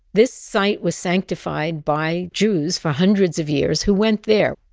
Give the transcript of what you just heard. this site was sanctified by jews for hundreds of years who went there.